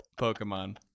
Pokemon